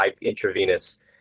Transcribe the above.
intravenous